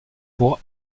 pour